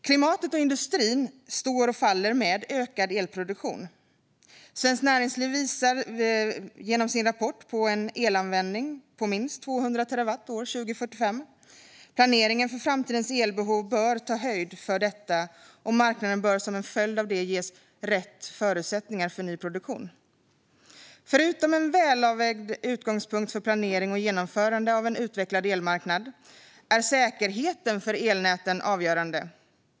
Klimatet och industrin står och faller med ökad elproduktion. Svenskt näringsliv visar genom sin rapport på en elanvändning på minst 200 terawattimmar 2045. Planeringen för framtidens elbehov bör ta höjd för detta, och marknaden bör som en följd av det ges rätt förutsättningar för ny produktion. Förutom en välavvägd utgångspunkt för planering och genomförande av en utvecklad elmarknad är säkerheten avgörande för elnäten.